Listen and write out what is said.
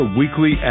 weekly